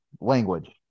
language